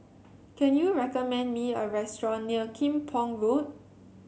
can you recommend me a restaurant near Kim Pong Road